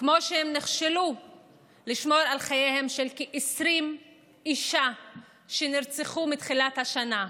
כמו שהם נכשלו בשמירה על חייהן של 20 נשים שנרצחו מתחילת השנה.